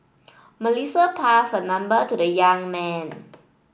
Melissa passed her number to the young man